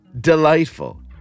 delightful